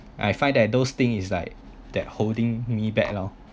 I find that those thing is like that holding me back lor